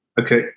Okay